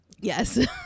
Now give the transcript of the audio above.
Yes